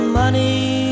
money